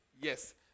Yes